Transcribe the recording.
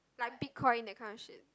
like BitCoin that kind of shit